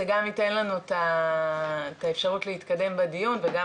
זה גם ייתן לנו את האפשרות להתקדם בדיון וגם